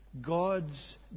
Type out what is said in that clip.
God's